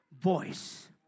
voice